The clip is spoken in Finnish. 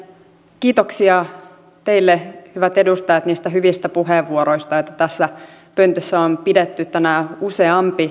kiitoksia teille hyvät edustajat niistä hyvistä puheenvuoroista joita tässä pöntössä on pidetty tänään useampi